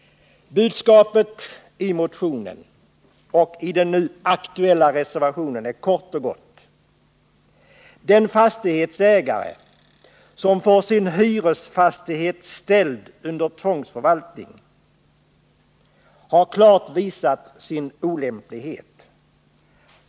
Budskapet i motionen och i den nu aktuella reservationen är kort och gott: Den fastighetsägare som får sin hyresfastighet ställd under tvångsförvaltning har klart visat sin olämplighet.